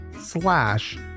slash